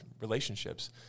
relationships